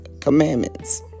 commandments